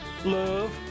Love